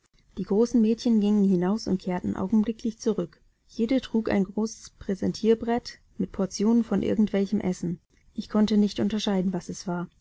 die großen mädchen gingen hinaus und kehrten augenblicklich zurück jede trug ein großes präsentierbrett mit portionen von irgend welchem essen ich konnte nicht unterscheiden was es war